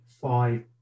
five